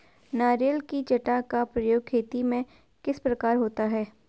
नारियल की जटा का प्रयोग खेती में किस प्रकार होता है?